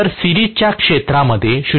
जर सिरीजच्या क्षेत्रामध्ये 0